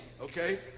Okay